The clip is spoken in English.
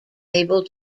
able